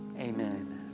Amen